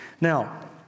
Now